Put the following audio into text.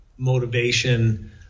motivation